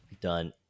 done